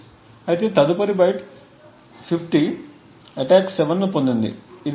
అయితే తదుపరి byte 50 attack 7 ను పొందింది ఇది తప్పు